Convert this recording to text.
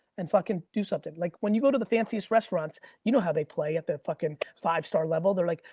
and fucking do something. like when you go to the fanciest restaurants, you know how they play at their fucking five star level. they're like,